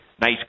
nice